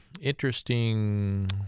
Interesting